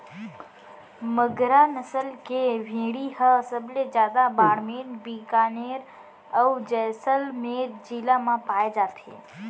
मगरा नसल के भेड़ी ह सबले जादा बाड़मेर, बिकानेर, अउ जैसलमेर जिला म पाए जाथे